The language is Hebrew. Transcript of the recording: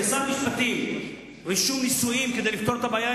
כשר המשפטים: רישום נישואין כדי לפתור את הבעיה,